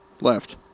left